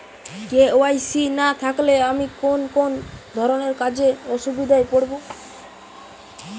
KYC না থাকলে আমি কোন কোন ধরনের কাজে অসুবিধায় পড়ব?